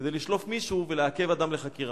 כדי לשלוף מישהו ולעכב אדם לחקירה?